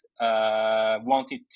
wanted